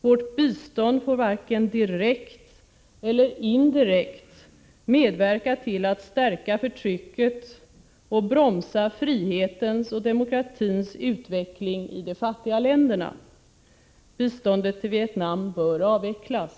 Vårt bistånd får varken direkt eller indirekt medverka till att stärka förtrycket och bromsa frihetens och demokratins utveckling i de fattiga länderna. Biståndet till Vietnam bör avvecklas.